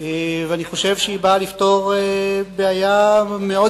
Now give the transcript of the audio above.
ואני חושב שהיא באה לפתור בעיה מאוד